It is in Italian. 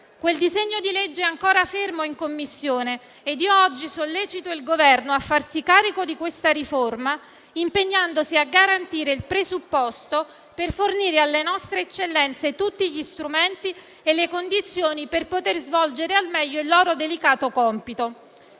Quel disegno di legge è ancora fermo in Commissione ed oggi sollecito il Governo a farsi carico di questa riforma, impegnandosi a garantire il presupposto per fornire alle nostre eccellenze tutti gli strumenti e le condizioni per poter svolgere al meglio il loro delicato compito.